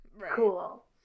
Cool